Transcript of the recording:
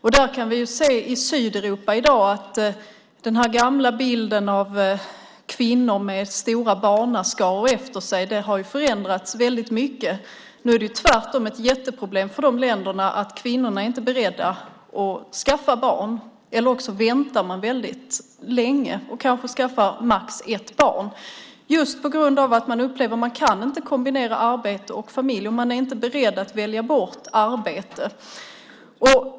Vi kan se i Sydeuropa i dag att den gamla bilden av kvinnor med stora barnskaror har förändrats väldigt mycket. Nu är det tvärtom ett jätteproblem för dessa länder att kvinnorna inte är beredda att skaffa barn eller väntar väldigt länge och kanske skaffar max ett barn, just på grund av att de upplever att de inte kan kombinera arbete och familj och att de inte är beredda att välja bort arbete.